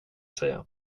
säga